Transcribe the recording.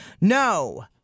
No